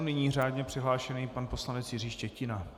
Nyní řádně přihlášený pan poslanec Jiří Štětina.